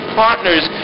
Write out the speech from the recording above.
partners